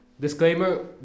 Disclaimer